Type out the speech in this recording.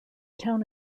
town